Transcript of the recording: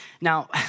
Now